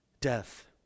death